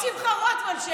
שמחה רוטמן,